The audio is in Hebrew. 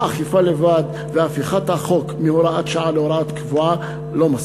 האכיפה לבד והפיכת החוק מהוראת שעה להוראה קבועה זה לא מספיק.